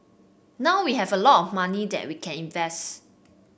now we have a lot money that we can invest